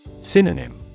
Synonym